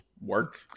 work